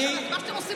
מה שאתם עושים,